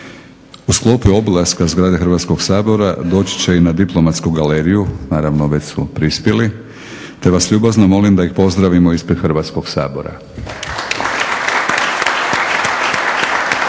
U sklopu obilaska zgrade Hrvatskog sabora doći će i na diplomatsku galeriju, naravno već su prispjeli te vas ljubazno molim da ih pozdravimo ispred Hrvatskog sabora.